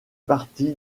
parti